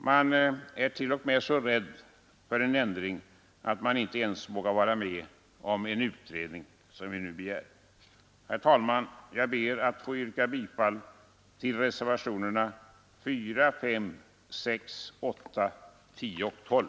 Man är t.o.m. så rädd för en ändring att man inte ens vågar vara med om den utredning som vi nu begär. Herr talman! Jag ber att få yrka bifall till reservationerna 4, 5, 6, 8, 10 och 12.